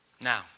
Now